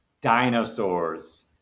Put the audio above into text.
Dinosaurs